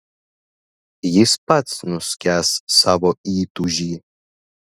jis pats nuskęs savo įtūžy